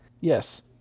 Yes